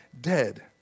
dead